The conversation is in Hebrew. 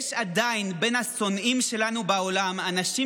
יש עדיין בין השונאים שלנו בעולם אנשים